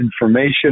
information